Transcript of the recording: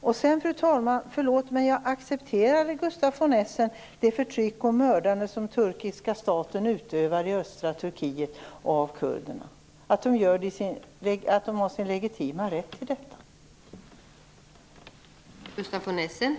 Förlåt mig, fru talman, men accepterade Gustaf von Essen att den turkiska staten har sin legitima rätt till det förtryck och mördande av kurderna som utövas i östra Turkiet?